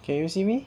can you see me